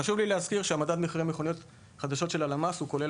חשוב לי להזכיר שמדד מחירי המכוניות חדשות של הלמ"ס כולל